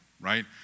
right